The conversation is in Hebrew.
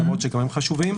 למרות שגם זה דבר חשוב.